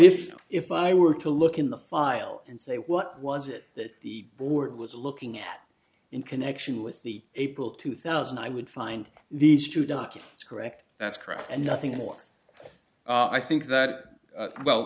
if if i were to look in the file and say what was it that the board was looking at in connection with the april two thousand i would find these two documents correct that's correct and nothing more i think that well